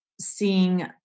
seeing